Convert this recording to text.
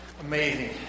amazing